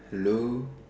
hello